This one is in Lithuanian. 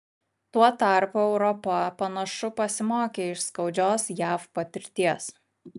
tuo tarpu europa panašu pasimokė iš skaudžios jav patirties